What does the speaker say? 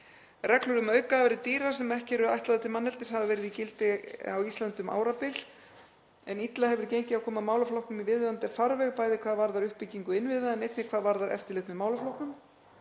Reglur um aukaafurðir dýra sem ekki eru ætlaðar til manneldis hafa verið í gildi á Íslandi um árabil en illa hefur gengið að koma málaflokknum í viðunandi farveg, bæði hvað varðar uppbyggingu innviða en einnig hvað varðar eftirlit með málaflokknum.